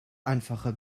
einfache